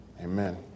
Amen